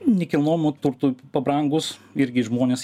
nekilnojamu turtui pabrangus irgi žmonės